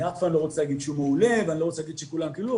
אני אף פעם לא רוצה להגיד שהוא מעולה ואני לא רוצה להגיד שכולם קיבלו,